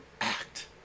act